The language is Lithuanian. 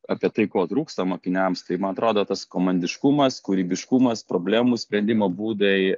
apie tai ko trūksta mokiniams tai man atrodo tas komandiškumas kūrybiškumas problemų sprendimo būdai